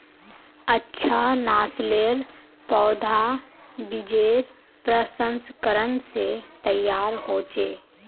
अच्छा नासलेर पौधा बिजेर प्रशंस्करण से तैयार होचे